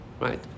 Right